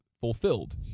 fulfilled